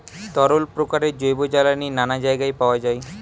তরল প্রকারের জৈব জ্বালানি নানা জায়গায় পাওয়া যায়